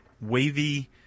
wavy